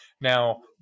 Now